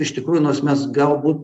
iš tikrųjų nors mes galbūt